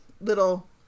little